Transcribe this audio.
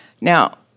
Now